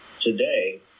today